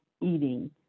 eating